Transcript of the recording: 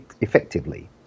effectively